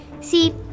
See